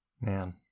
man